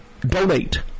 donate